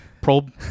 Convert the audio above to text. Probe